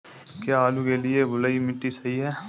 क्या आलू के लिए बलुई मिट्टी सही है?